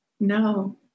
no